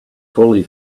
fully